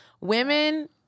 Women